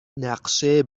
نقشه